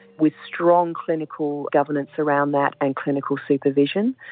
with strong clinical governance around that and clinical supervision.